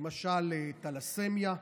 למשל, תלסמיה,